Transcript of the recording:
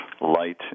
Light